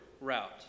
route